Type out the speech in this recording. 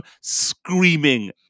screaming